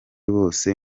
bose